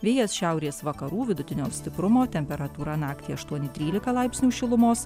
vėjas šiaurės vakarų vidutinio stiprumo temperatūra naktį aštuoni trylika laipsnių šilumos